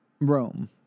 Rome